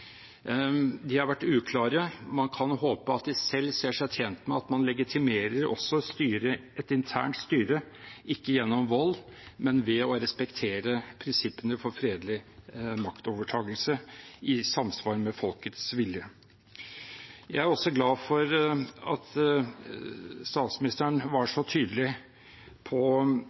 De har vært uklare. Man kan håpe at de selv ser seg tjent med at man legitimerer et internt styre ikke gjennom vold, men ved å respektere prinsippene for fredelig maktovertakelse i samsvar med folkets vilje. Jeg er glad for at statsministeren var så tydelig på